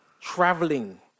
traveling